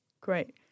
Great